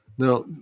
Now